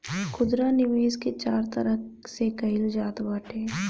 खुदरा निवेश के चार तरह से कईल जात बाटे